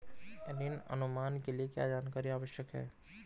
ऋण अनुमान के लिए क्या जानकारी आवश्यक है?